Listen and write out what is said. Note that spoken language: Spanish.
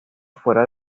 fuera